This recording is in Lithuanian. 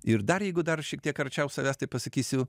ir dar jeigu dar šiek tiek arčiau savęs tai pasakysiu